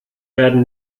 werden